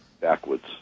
backwards